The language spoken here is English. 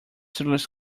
seriously